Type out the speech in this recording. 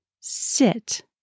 sit